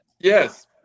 Yes